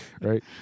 right